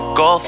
go